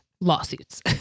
lawsuits